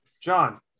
John